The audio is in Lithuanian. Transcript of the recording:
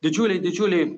didžiuliai didžiuliai